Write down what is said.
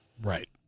Right